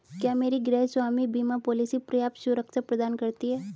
क्या मेरी गृहस्वामी बीमा पॉलिसी पर्याप्त सुरक्षा प्रदान करती है?